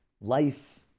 life